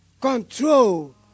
control